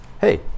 hey